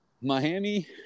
Miami